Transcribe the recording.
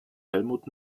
helmut